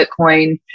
Bitcoin